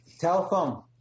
telephone